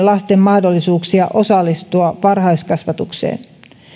lasten mahdollisuuksia osallistua varhaiskasvatukseen